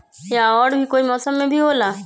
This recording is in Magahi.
या और भी कोई मौसम मे भी होला?